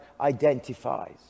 identifies